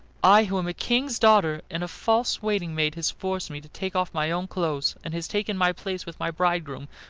i who am a king's daughter, and a false waiting-maid has forced me to take off my own clothes, and has taken my place with my bridegroom,